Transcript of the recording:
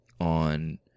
on